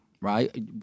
right